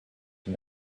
him